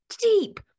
deep